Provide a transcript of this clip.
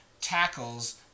tackles